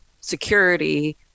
security